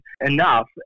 enough